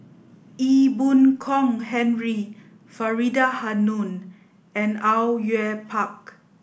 Ee Boon Kong Henry Faridah Hanum and Au Yue Pak